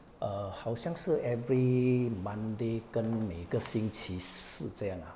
err 好像是 every monday 跟每个星期四这样 ah